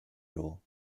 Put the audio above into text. dull